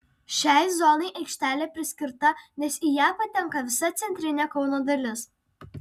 šiai zonai aikštelė priskirta nes į ją patenka visa centrinė kauno dalis